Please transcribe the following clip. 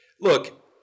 look